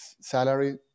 salary